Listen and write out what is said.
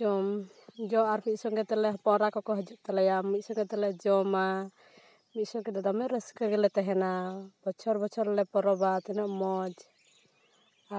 ᱡᱚᱢ ᱡᱚ ᱟᱨ ᱢᱤᱫ ᱥᱚᱸᱜᱮ ᱛᱮᱞᱮ ᱦᱚᱯᱚᱱ ᱮᱨᱟ ᱠᱚᱠᱚ ᱦᱤᱡᱩᱜ ᱛᱟᱞᱮᱭᱟ ᱢᱤᱫ ᱥᱚᱸᱜᱮᱛᱮᱞᱮ ᱡᱚᱢᱟ ᱢᱤᱫ ᱥᱚᱸᱜᱮᱛᱮ ᱫᱚᱢᱮ ᱨᱟᱹᱥᱠᱟᱹ ᱜᱮᱞᱮ ᱛᱟᱦᱮᱱᱟ ᱵᱚᱪᱷᱚᱨ ᱵᱚᱪᱷᱚᱨ ᱞᱮ ᱯᱚᱨᱚᱵᱟ ᱛᱤᱱᱟᱹᱜ ᱢᱚᱡᱽ